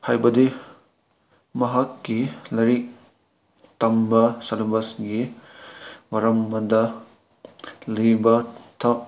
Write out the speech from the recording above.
ꯍꯥꯏꯕꯗꯤ ꯃꯍꯥꯛꯀꯤ ꯂꯥꯏꯔꯤꯛ ꯇꯝꯕ ꯁꯜꯂꯕꯀꯤ ꯃꯔ ꯑꯝꯗ ꯂꯩꯕ ꯊꯕꯛ